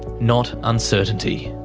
not uncertainty.